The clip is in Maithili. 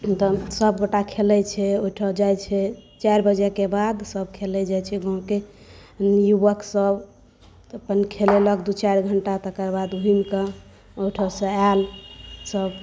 तऽ सभगोटा खेलै छै ओहिठाम जाइ छै चारि बजेके बाद सभ खेलै जाइ छै गामके युवकसभ अपन खेलेलक दू चारि घण्टा तकर बाद घुमिकऽ ओहिठामसँ आएल सभ